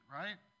right